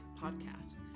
podcast